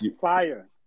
fire